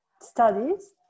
studies